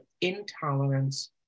intolerance